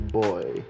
boy